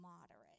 moderate